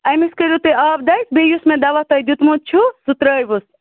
أمِس کٔرِو تُہۍ آب دَجۍ بیٚیہِ یُس مےٚ دوا تۄہہِ دیُتمُت چھُو سُہ ترٛٲوۍہوٗس